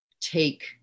take